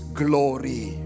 glory